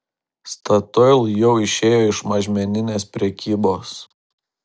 statoil jau išėjo iš mažmeninės prekybos